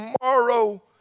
tomorrow